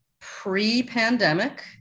Pre-pandemic